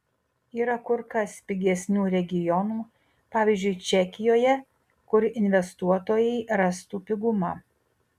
yra kur kas pigesnių regionų pavyzdžiui čekijoje kur investuotojai rastų pigumą